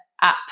app